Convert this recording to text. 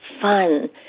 fun